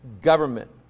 government